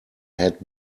had